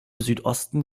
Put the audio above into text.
südosten